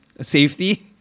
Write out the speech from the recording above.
safety